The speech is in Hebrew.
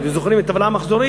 אתם זוכרים את הטבלה המחזורית,